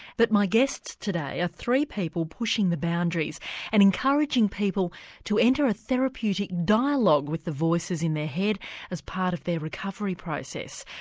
but my guests today are ah three people pushing the boundaries and encouraging people to enter a therapeutic dialogue with the voices in their head as part of their recovery process.